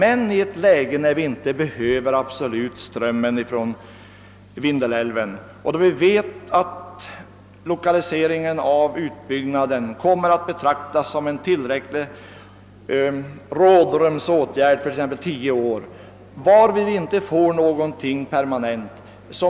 Vi behöver emellertid inte strömmen från Vindelälven, och vi vet att lokaliseringen av utbyggnaden kommer att betraktas som en tillräcklig rådrumsåtgärd för tio år, under vilken tid inga åtgärder för att skapa permanent sysselsättning kommer att vidtas.